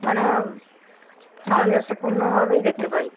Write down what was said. মানে সামঞ্জস্যপূর্ণভাবেই দেখতে পাই